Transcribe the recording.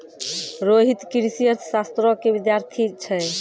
रोहित कृषि अर्थशास्त्रो के विद्यार्थी छै